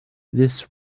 this